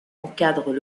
encadrent